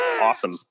awesome